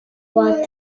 voix